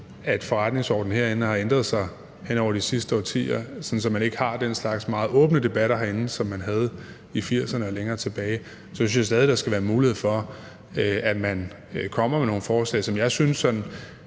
om forretningsordenen herinde har ændret sig hen over de sidste årtier, sådan at man ikke har den slags meget åbne debatter herinde, som man havde i 1980'erne og længere tilbage, synes jeg stadig væk der skal være mulighed for, at man kommer med nogle forslag, som jeg synes vi